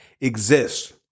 exists